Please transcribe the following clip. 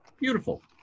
Beautiful